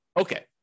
Okay